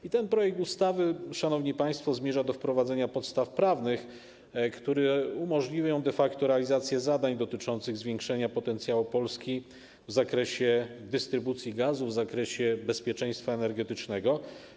I ten projekt ustawy, szanowni państwo, zmierza do wprowadzenia podstaw prawnych, które umożliwią de facto realizację zadań dotyczących zwiększenia potencjału Polski w zakresie dystrybucji gazu, w zakresie bezpieczeństwa energetycznego.